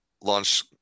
launch